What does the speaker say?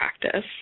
practice